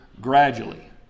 gradually